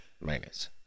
minus